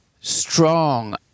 strong